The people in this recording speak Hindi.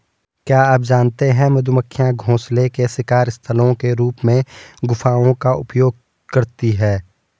क्या आप जानते है मधुमक्खियां घोंसले के शिकार स्थलों के रूप में गुफाओं का उपयोग करती है?